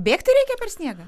bėgti reikia per sniegą